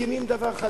מקימים דבר חדש.